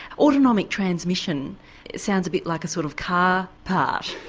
autonomic transmission sounds a bit like a sort of car part,